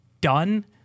done